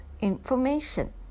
information